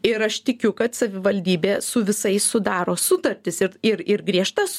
ir aš tikiu kad savivaldybė su visais sudaro sutartis ir ir ir griežtas